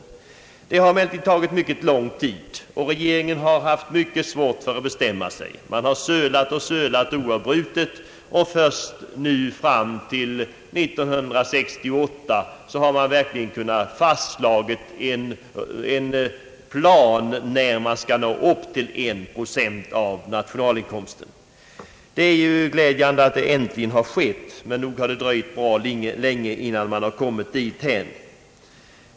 Allting har emellertid tagit mycket lång tid, och regeringen har haft mycket svårt för att bestämma sig. Man har sölat och sölat oavbrutet och först nu, 1968, har man fastslagit en plan över när man skall nå upp till en procent av nationalinkomsten till u-hjälpen. Det är glädjande att detta äntligen skett, men nog har det dröjt bra länge, innan man kommit dithän.